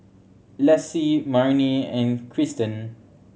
Lassie Marnie and Cristen